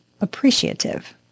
appreciative